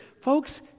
Folks